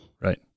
Right